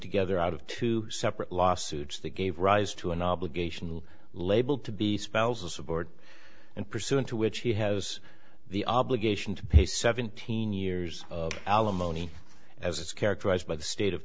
together out of two separate lawsuits that gave rise to an obligation labeled to be spousal support and pursuant to which he has the obligation to pay seventeen years of alimony as is characterized by the state of